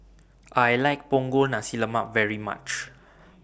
I like Punggol Nasi Lemak very much